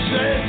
Say